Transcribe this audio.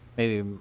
maybe